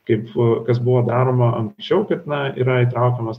kaip kas buvo daroma anksčiau kad na yra įtraukiamas